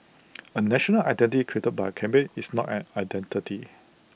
A national identity created by A campaign is not an identity